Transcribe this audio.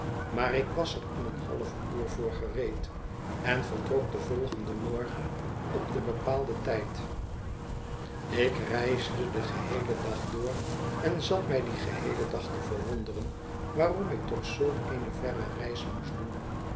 maar ik was er in een halfuur voor gereed en vertrok den volgenden morgen op den bepaalden tijd ik reisde den geheelen dag door en zat mij dien geheelen dag te verwonderen waarom ik toch zulk eene verre reis moest doen